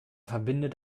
verbindet